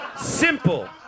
Simple